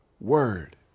word